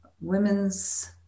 Women's